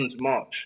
March